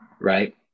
right